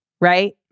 right